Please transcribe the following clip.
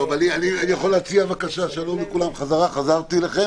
חזרתי אליכם.